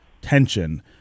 tension